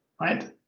right